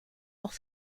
auch